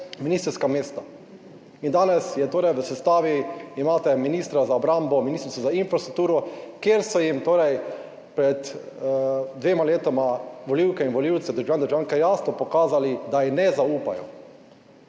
ministrska mesta. In danes je torej v sestavi, imate ministra za obrambo, Ministrstvo za infrastrukturo, kjer so jim torej pred dvema letoma volivke in volivci, državljani, državljanke, jasno pokazali, da ji ne zaupajo,